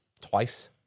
twice